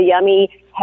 yummy